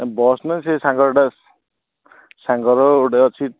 ନା ବସ୍ ନା ସେ ସାଙ୍ଗ ଗୋଟେ ସାଙ୍ଗର ଗୋଟେ ଅଛି